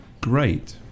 Great